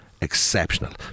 exceptional